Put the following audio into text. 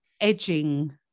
edging